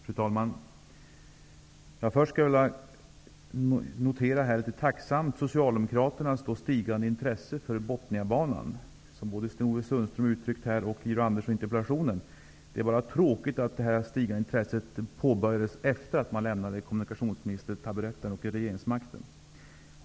Fru talman! Först vill jag tacksamt notera Socialdemokraternas stigande intresse för Botniabanan. Sten-Ove Sundström ger uttryckt för det här och Georg Andersson i interpellationen. Det är bara tråkigt att detta stigande intresse kom efter det att man lämnat kommunikationsministertaburetten och regeringsmakten.